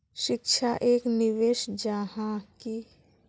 शिक्षा एक निवेश जाहा की?